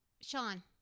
sean